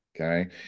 Okay